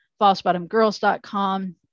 Falsebottomgirls.com